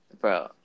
Bro